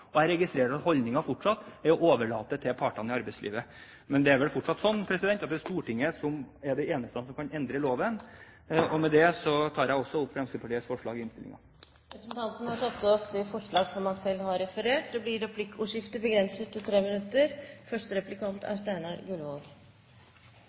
gjort. Jeg registrerer at holdningen fortsatt er å overlate det til partene i arbeidslivet. Men det er vel fortsatt slik at Stortinget er det eneste som kan endre loven. Med dette tar jeg opp Fremskrittspartiets forslag i innstillingen. Representanten Robert Eriksson har tatt opp de forslagene han refererte til. Det blir replikkordskifte.